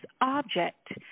object